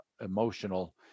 emotional